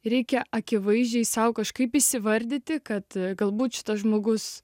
reikia akivaizdžiai sau kažkaip įsivardyti kad galbūt šitas žmogus